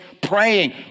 praying